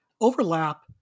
overlap